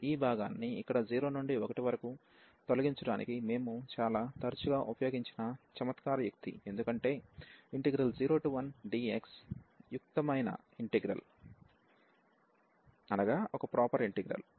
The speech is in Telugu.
ఈ భాగాన్ని ఇక్కడ 0 నుండి 1 వరకు తొలగించడానికి మేము చాలా తరచుగా ఉపయోగించిన చమత్కార యుక్తి ఎందుకంటే 01dx ప్రాపర్ ఇంటిగ్రల్